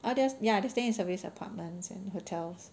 others ya they're staying in service apartments and hotels